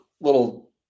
little